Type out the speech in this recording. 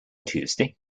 tuesday